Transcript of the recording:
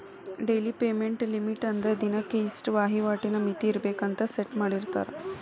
daily payment limit ಅಂದ್ರ ದಿನಕ್ಕೆ ಇಷ್ಟ ವಹಿವಾಟಿನ್ ಮಿತಿ ಇರ್ಬೆಕ್ ಅಂತ ಸೆಟ್ ಮಾಡಿರ್ತಾರ